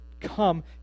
come